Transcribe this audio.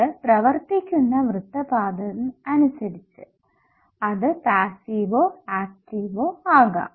അത് പ്രവർത്തിക്കുന്ന വൃത്തപാദം അനുസരിച്ചു അത് പാസ്സിവോ ആക്റ്റീവോ ആകാം